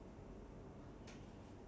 got any cure for that or not